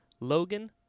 Logan